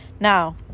Now